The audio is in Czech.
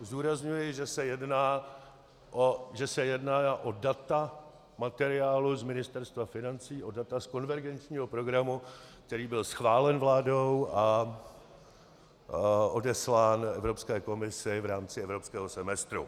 Zdůrazňuji, že se jedná o data materiálu z Ministerstva financí, o data z konvergenčního programu, který byl schválen vládou a odeslán Evropské komisi v rámci evropského semestru.